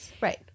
right